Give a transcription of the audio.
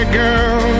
girl